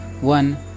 one